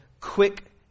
quick